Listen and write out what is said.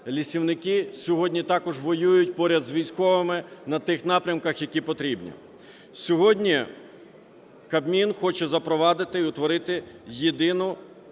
лісівники сьогодні також воюють поряд з військовими на тих напрямках, які потрібні. Сьогодні Кабмін хоче запровадити і утворити єдину